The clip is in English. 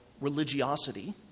religiosity